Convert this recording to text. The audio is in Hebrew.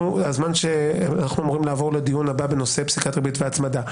אנחנו אמורים לעבור לדיון הבא בנושא פסיקת ריבית והצמדה.